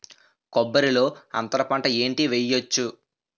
కొబ్బరి లో అంతరపంట ఏంటి వెయ్యొచ్చు?